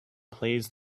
plays